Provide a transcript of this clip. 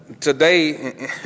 Today